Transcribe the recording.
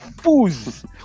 Fools